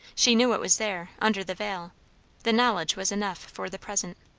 she knew it was there, under the veil the knowledge was enough for the present.